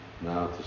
now